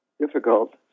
difficult